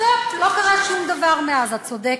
סטופ, לא קרה שום דבר מאז, את צודקת.